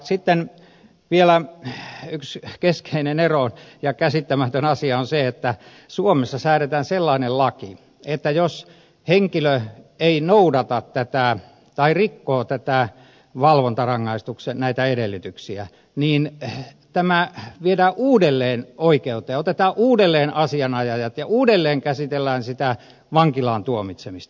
sitten vielä yksi keskeinen ero ja käsittämätön asia on se että suomessa säädetään sellainen laki että jos henkilö rikkoo näitä valvontarangaistuksen edellytyksiä niin tämä viedään uudelleen oikeuteen ja otetaan uudelleen asianajajat ja uudelleen käsitellään sitä vankilaan tuomitsemista